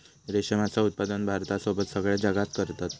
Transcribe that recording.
रेशमाचा उत्पादन भारतासोबत सगळ्या जगात करतत